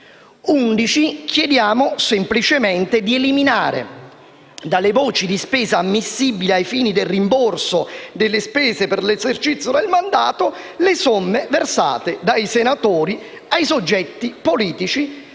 chiediamo semplicemente di eliminare dalle voci di spesa ammissibili ai fini del rimborso delle spese per l'esercizio del mandato le somme versate dai senatori ai soggetti politici,